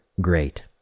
Great